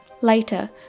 Later